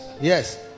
Yes